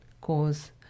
cause